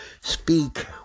speak